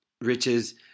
riches